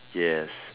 yes